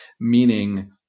meaning